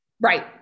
Right